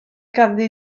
ganddi